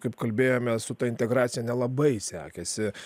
kaip kalbėjome su ta integracija nelabai sekėsi